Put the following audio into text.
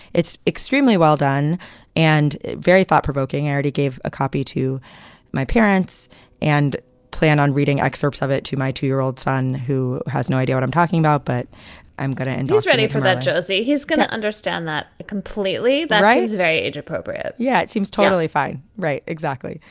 it's extremely well done and very thought provoking. already gave a copy to my parents and plan on reading excerpts of it to my two year old son who has no idea what i'm talking about. but i'm going to and is ready for that, jose he's going to understand that completely. the right is very age appropriate yeah, it seems totally fine, right? exactly.